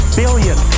billion